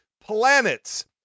planets